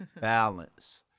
Balance